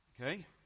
okay